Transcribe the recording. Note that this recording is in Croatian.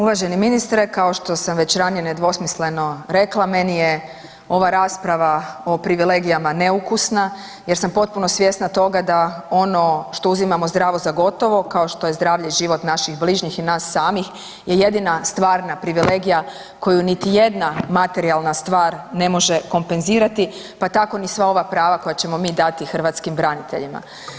Uvaženi ministre, kao što sam već ranije nedvosmisleno rekla, meni je ova rasprava o privilegijama neukusna, jer sam potpuno svjesna toga da ono što uzimamo zdravo za gotovo, kao što je zdravlje i život naših bližnjih i nas samih je jedina stvarna privilegija koju niti jedna materijalna stvar ne može kompenzirati, pa tako ni sva ova prava koja ćemo mi dati hrvatskim braniteljima.